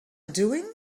doing